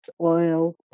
oil